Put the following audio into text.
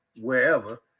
wherever